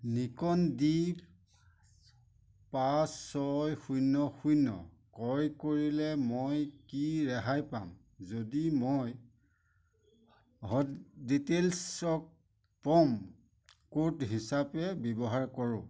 Nikon D পাঁচ ছয় শূন্য শূন্য ক্ৰয় কৰিলে মই কি ৰেহাই পাম যদি মই হটডিটেলছক প্ৰম' কোড হিচাপে ব্যৱহাৰ কৰোঁ